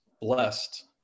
blessed